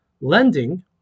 lending